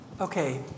Okay